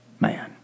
man